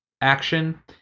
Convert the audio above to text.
action